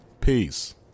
Peace